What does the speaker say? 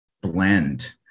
blend